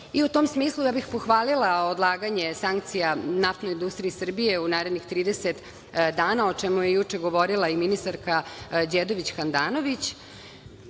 I u tom smislu, ja bih pohvalila odlaganje sankcija NIS u narednih 30 dana, o čemu je juče govorila i ministarka Đedović Handanović. Osim